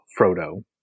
Frodo